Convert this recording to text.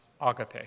agape